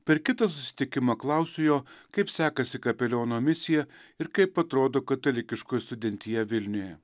per kitą susitikimą klausiu jo kaip sekasi kapeliono misija ir kaip atrodo katalikiškoji studentija vilniuje